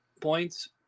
points